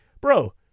bro